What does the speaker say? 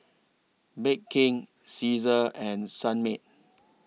Bake King Cesar and Sunmaid